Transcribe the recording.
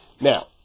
Now